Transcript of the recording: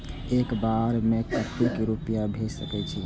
एक बार में केते रूपया भेज सके छी?